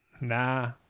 Nah